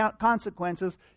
consequences